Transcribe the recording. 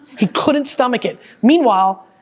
he couldn't stomach it. meanwhile,